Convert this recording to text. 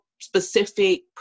specific